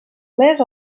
més